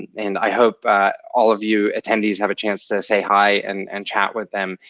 and i hope all of you attendees have a chance to say hi and and chat with them,